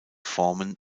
formen